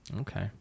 Okay